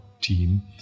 team